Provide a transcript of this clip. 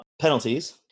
penalties